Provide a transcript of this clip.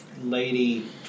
Lady